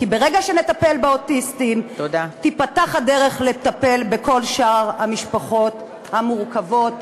כי ברגע שנטפל באוטיסטים תיפתח הדרך לטפל בכל שאר המשפחות המורכבות,